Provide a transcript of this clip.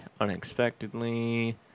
unexpectedly